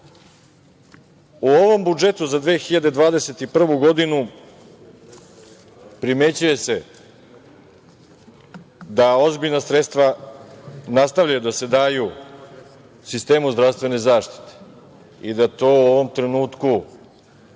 ovom budžetu za 2021. godinu primećuje se da ozbiljna sredstva nastavljaju da se daju sistemu zdravstvene zaštite i da to u ovom trenutku